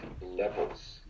levels